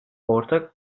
ortak